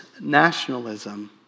nationalism